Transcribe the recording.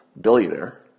billionaire